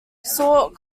sought